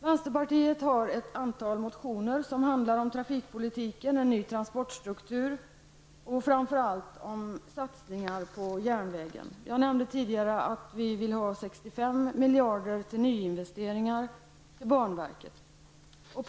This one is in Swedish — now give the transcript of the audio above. Vänsterpartiet har ett antal motioner som handlar om trafikpolitiken, en ny transportstruktur och framför allt satsningar på järnvägen. Jag nämnde tidigare att vi vill ha 65 miljarder till banverket för nyinvesteringar.